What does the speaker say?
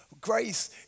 Grace